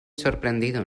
sorprendido